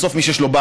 בסוף מי שיש לו,